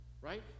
right